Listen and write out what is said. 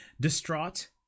distraught